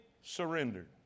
surrendered